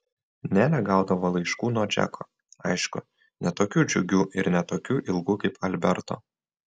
nelė gaudavo laiškų nuo džeko aišku ne tokių džiugių ir ne tokių ilgų kaip alberto